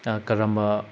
ꯀꯔꯝꯕ